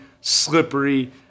slippery